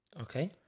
okay